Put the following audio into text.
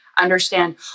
understand